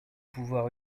pouvoir